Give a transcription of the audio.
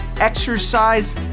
exercise